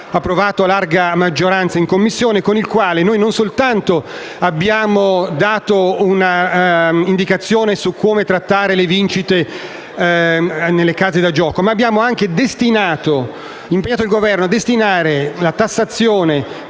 approvato a larga maggioranza un importante ordine del giorno con il quale non soltanto abbiamo dato un'indicazione su come trattare le vincite nelle case da gioco, ma abbiamo anche impegnato il Governo a destinare la tassazione